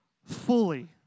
Fully